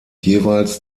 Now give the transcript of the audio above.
jeweils